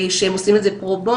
שהם עושים את זה פרו-בונו,